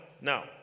now